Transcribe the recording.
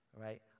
right